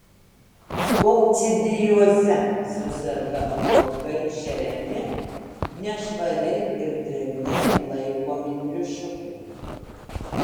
kokcidioze suserga blogai šeriami nešvariai ir drėgnai laikomi triušiukai